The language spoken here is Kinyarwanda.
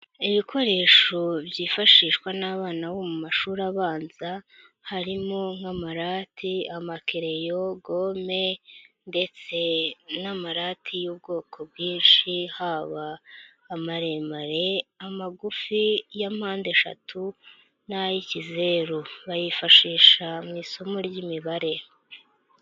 Ibikoresho byifashishwa n'abana bo mu mashuri abanza harimo: nk'amarati, amakereleyo, gome ndetse n'amarati y'ubwoko bwinshi haba amaremare, amagufi, ay'impande eshatu n'ay'ikizeru bayifashisha mu isomo ry'imibare.